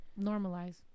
normalize